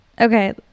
Okay